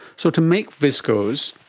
so to make viscose,